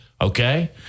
okay